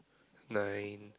nine